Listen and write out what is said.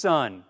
Son